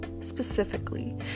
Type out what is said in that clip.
specifically